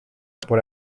por